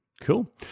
cool